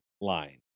line